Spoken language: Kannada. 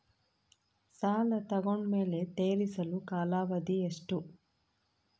ಸಾಲ ತಗೊಂಡು ಮೇಲೆ ತೇರಿಸಲು ಕಾಲಾವಧಿ ಎಷ್ಟು?